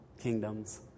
kingdom's